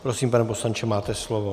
Prosím, pane poslanče, máte slovo.